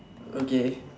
okay